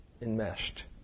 enmeshed